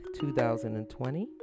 2020